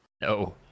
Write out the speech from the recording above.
No